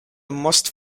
most